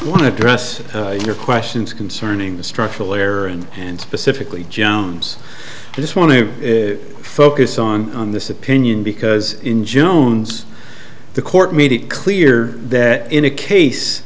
want to address your questions concerning the structural error and and specifically jones i just want to focus on on this opinion because in june the court made it clear that in a